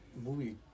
movie